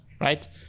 right